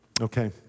okay